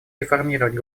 реформировать